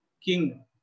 king